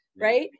right